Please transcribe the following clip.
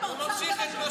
האוצר מתנגד להרחבת הרשימה.